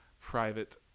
private